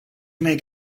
make